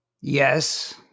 Yes